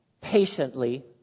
patiently